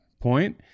point